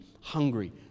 hungry